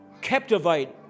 captivate